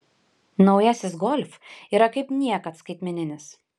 naujasis golf yra kaip niekad skaitmeninis